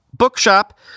bookshop